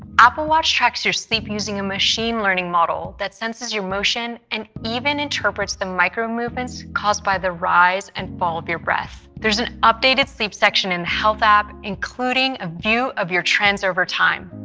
apple watch tracks your sleep using a machine learning model that senses your motion and even interprets the micro movements caused by the rise and fall of your breath. there's an updated sleep section in health hub including a view of your trends over time.